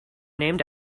named